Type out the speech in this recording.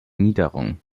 niederung